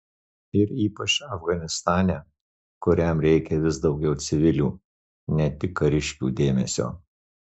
ir ypač afganistane kuriam reikia vis daugiau civilių ne tik kariškių dėmesio